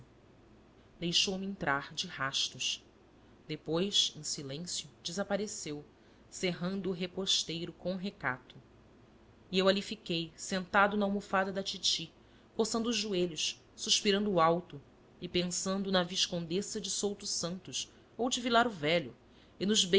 ansioso deixou-me entrar de rastos depois em silêncio desapareceu cerrando o reposteiro com recato e eu ali fiquei sentado na almofada da titi coçando os joelhos suspirando alto e pensando na viscondessa de souto santos ou de vilar o velho e nos